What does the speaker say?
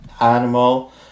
animal